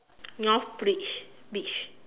North bridge beach